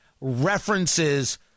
references